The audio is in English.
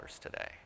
today